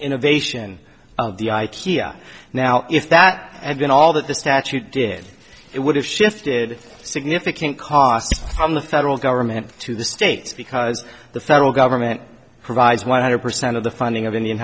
innovation of the ikea now if that had been all that the statute did it would have shifted significant costs from the federal government to the states because the federal government provides one hundred percent of the funding of indian